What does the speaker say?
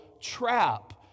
trap